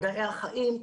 מדעי החיים,